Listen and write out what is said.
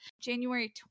January